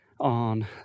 on